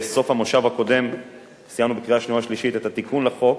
בסוף המושב הקודם סיימנו בקריאה שנייה ושלישית את התיקון לחוק,